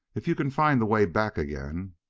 if you can find the way back again!